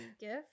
gift